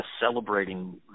celebrating